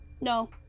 No